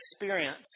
experience